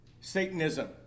Satanism